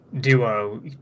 Duo